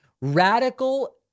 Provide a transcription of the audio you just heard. Radical